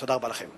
תודה רבה לכם.